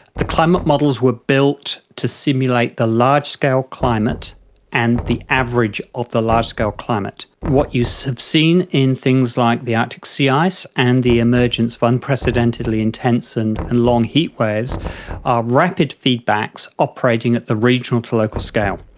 the climate models were built to simulate the large-scale climate and the average of the large-scale climate. what you so have seen in things like the arctic sea ice and the emergence of unprecedentedly intense and and long heatwaves are rapid feedbacks operating at the regional to local scale.